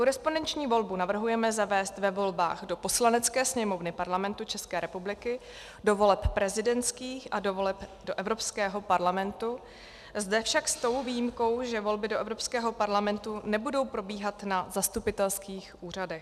Korespondenční volbu navrhujeme zavést ve volbách do Poslanecké sněmovny Parlamentu České republiky, do voleb prezidentských a do voleb do Evropského parlamentu, zde však s tou výjimkou, že volby do Evropského parlamentu nebudou probíhat na zastupitelských úřadech.